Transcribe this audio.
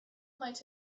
might